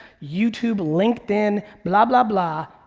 youtube, linkedin, blah, blah, blah,